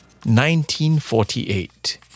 1948